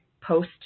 post